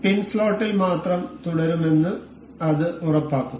പിൻ സ്ലോട്ടിൽ മാത്രം തുടരുമെന്ന് അത് ഉറപ്പാക്കും